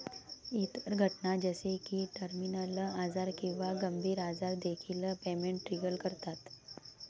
इतर घटना जसे की टर्मिनल आजार किंवा गंभीर आजार देखील पेमेंट ट्रिगर करतात